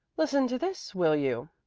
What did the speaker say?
listen to this, will you.